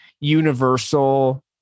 universal